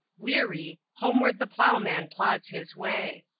weary, homeward the ploughman plods his way.